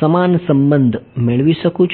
સમાન સંબંધ મેળવી શકું છું